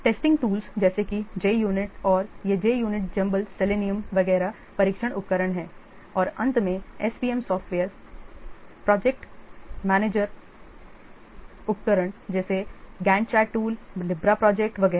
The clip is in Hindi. टेस्टिंग टूल्स जैसे कि JUnit और ये JUnit Jumble सेलेनियम वगैरह परीक्षण उपकरण है और अंत में SPM सॉफ्टवेयर प्रोजेक्ट प्रबंधन उपकरण जैसे Gantt chart tool Libra project वगैरह